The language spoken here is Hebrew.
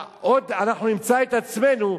ואנחנו נמצא את עצמנו,